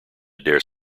dare